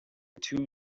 two